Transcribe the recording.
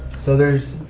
so there's.